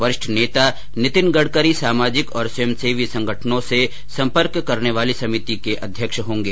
वरिष्ठ नेता नितिन गडकरी सामाजिक और स्वयंसेवी संगठनों से संपर्क करने वाली समिति के अध्यक्ष होंगे